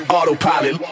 Autopilot